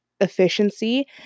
efficiency